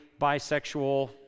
bisexual